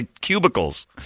cubicles